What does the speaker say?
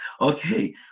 Okay